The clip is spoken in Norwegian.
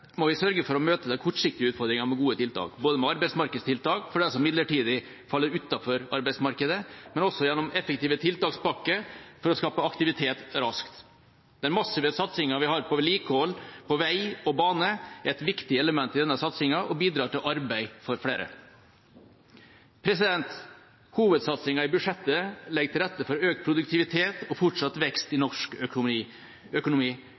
må vi sørge for å møte den kortsiktige utfordringen med gode tiltak – med arbeidsmarkedstiltak for dem som midlertidig faller utenfor arbeidsmarkedet, men også gjennom effektive tiltakspakker for å skape aktivitet raskt. Den massive satsingen vi har på vedlikehold av vei og bane, er et viktig element i denne satsingen og bidrar til arbeid for flere. Hovedsatsingen i budsjettet legger til rette for økt produktivitet og fortsatt vekst i norsk økonomi,